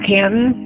Canton